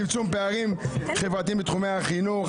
צמצום פערים חברתיים בתחומי החינוך,